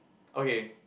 okay